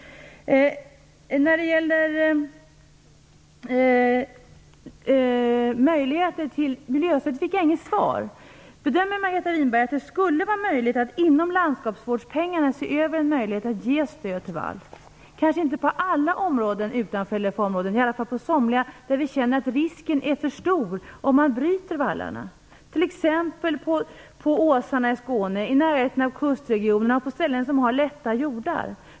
När det gäller möjligheten till vallstöd av miljöskäl fick jag inget svar. Bedömer Margareta Winberg det som möjligt att inom landskapsvårdspengarna se över möjligheten att ge stöd till vall? Det kanske inte gäller på alla områden utanför LFA-områdena, men i alla fall på somliga där vi känner att risken blir för stor om man bryter vallar - t.ex. på åsarna i Skåne, i närheten av kustregioner och på de ställen där det är lätta jordar.